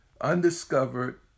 undiscovered